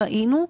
ראינו,